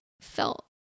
felt